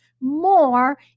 more